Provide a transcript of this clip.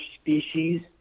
species